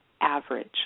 average